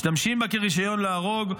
שמשתמשים בה כרישיון להרוג,